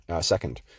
second